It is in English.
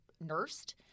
nursed